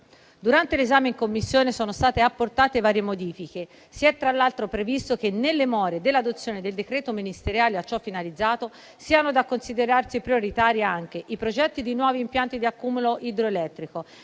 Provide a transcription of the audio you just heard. Durante l'esame in Commissione sono state apportate varie modifiche. Si è tra l'altro previsto che, nelle more dell'adozione del decreto ministeriale a ciò finalizzato, siano da considerarsi prioritari anche: i progetti di nuovi impianti di accumulo idroelettrico